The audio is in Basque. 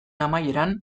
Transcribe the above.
amaieran